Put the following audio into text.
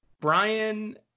Brian